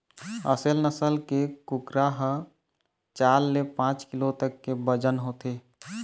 असेल नसल के कुकरा ह चार ले पाँच किलो तक के बजन होथे